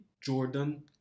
Jordan